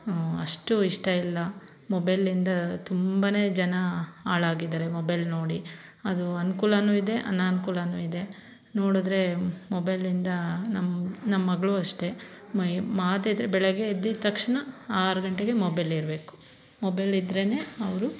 ಅಷ್ಟು ಇಷ್ಟ ಇಲ್ಲ ಮೊಬೈಲಿಂದ ತುಂಬಾ ಜನ ಹಾಳಾಗಿದಾರೆ ಮೊಬೈಲ್ ನೋಡಿ ಅದು ಅನ್ಕೂಲನೂ ಇದೆ ಅನನ್ಕೂಲನೂ ಇದೆ ನೋಡಿದ್ರೆ ಮೊಬೈಲಿಂದ ನಮ್ಮ ನಮ್ಮ ಮಗ್ಳು ಅಷ್ಟೇ ಮೈ ಮಾತೆತ್ತಿದರೆ ಬೆಳಗ್ಗೆ ಎದ್ದಿದ ತಕ್ಷಣ ಆರು ಗಂಟೆಗೆ ಮೊಬೈಲ್ ಇರಬೇಕು ಮೊಬೈಲ್ ಇದ್ದರೇನೆ ಅವರು